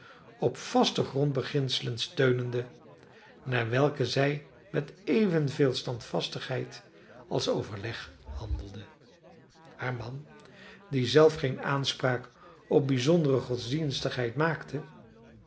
op vaste grondbeginselen steunende naar welke zij met evenveel standvastigheid als overleg handelde haar man die zelf geene aanspraak op bijzondere godsdienstigheid maakte